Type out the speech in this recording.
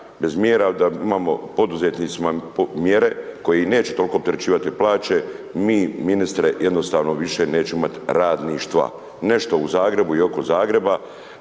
bez mjera da imamo poduzetnicima mjere koje neće toliko opterećivati plaće mi ministre jednostavno nećemo više imati radništva. Nešto u Zagrebu i oko Zagreba,